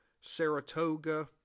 Saratoga